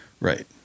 Right